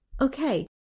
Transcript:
Okay